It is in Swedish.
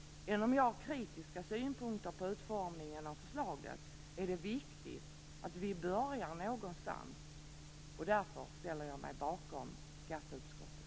Även om jag har kritiska synpunkter på utformningen av förslaget är det viktigt att vi börjar någonstans. Därför ställer jag mig bakom skatteutskottets betänkande.